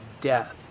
death